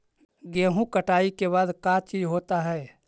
गेहूं कटाई के बाद का चीज होता है?